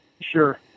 Sure